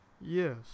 Yes